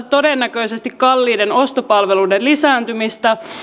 todennäköisesti kalliiden ostopalveluiden lisääntymistä